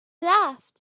laughed